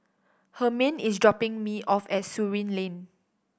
Hermann is dropping me off at Surin Lane